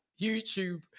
YouTube